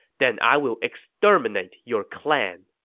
then i will exterminate your clan.